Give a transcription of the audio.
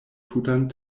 tutan